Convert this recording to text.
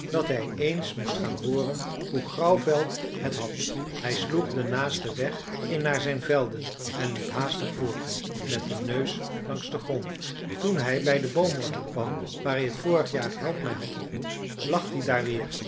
dat hij eens moest gaan hooren hoe grauwvel het had hij sloeg den naasten weg in naar zijn velden en liep haastig voort met den neus langs den grond toen hij bij den boomwortel kwam waar hij het vorige jaar helpmij had ontmoet lag die daar weer